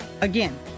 Again